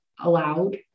allowed